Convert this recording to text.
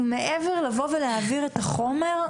מעבר ללבוא ולהעביר את החומר,